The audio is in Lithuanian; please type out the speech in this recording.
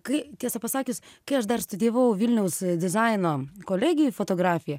kai tiesą pasakius kai aš dar studijavau vilniaus dizaino kolegijoj fotografiją